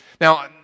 Now